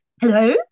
Hello